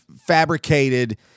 fabricated